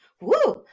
woo